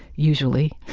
usually,